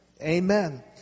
Amen